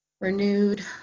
renewed